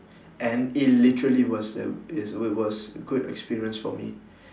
and it literally was a it's it was good experience for me